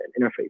interface